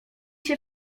się